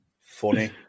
funny